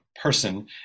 person